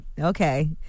Okay